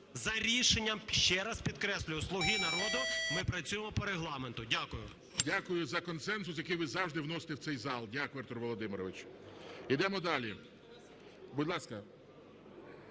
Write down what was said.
за рішенням, ще раз підкреслюю, "Слуги народу" ми працюємо по Регламенту. Дякую. ГОЛОВУЮЧИЙ. Дякую за консенсус, який ви завжди вносите в цей зал. Дякую, Артур Володимирович. Ідемо далі. Будь ласка,